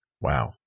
Wow